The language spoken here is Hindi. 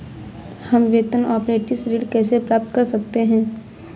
हम वेतन अपरेंटिस ऋण कैसे प्राप्त कर सकते हैं?